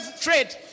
trade